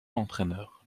entraîneur